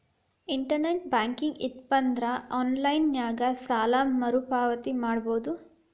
internet banking ಇತ್ತಪಂದ್ರಾ online ನ್ಯಾಗ ಸಾಲ ಮರುಪಾವತಿ ಮಾಡಬೋದು